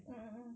mm mm mm